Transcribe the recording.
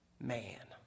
Man